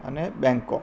અને બેંકોક